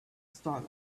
starlight